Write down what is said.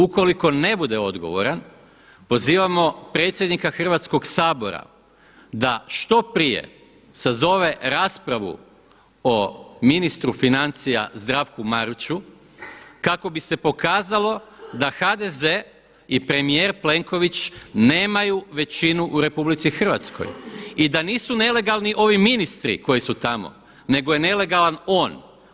Ukoliko ne bude odgovoran pozivamo predsjednika Hrvatskog sabora da što prije sazove raspravu o ministru financija Zdravku Mariću kako bi se pokazalo da HDZ i premijer Plenković nemaju većinu u Republici Hrvatskoj i da nisu nelegalni ovi ministri koji su tamo, nego je nelegalan on.